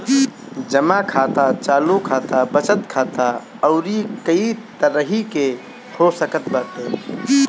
जमा खाता चालू खाता, बचत खाता अउरी कई तरही के हो सकत बाटे